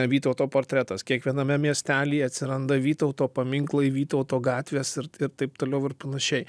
vytauto portretas kiekviename miestelyje atsiranda vytauto paminklai vytauto gatvės ir taip toliau ir panašiai